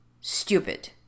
Stupid